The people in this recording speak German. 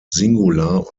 singular